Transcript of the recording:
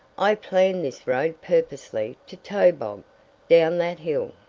i planned this road purposely to tobog down that hill.